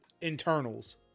internals